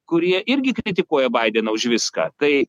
kurie irgi kritikuoja baideną už viską tai